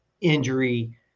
injury